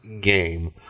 game